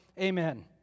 amen